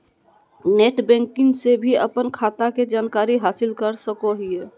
net banking से भी अपन खाता के जानकारी हासिल कर सकोहिये